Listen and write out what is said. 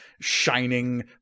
shining